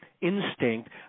instinct